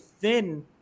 thin